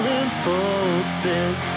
impulses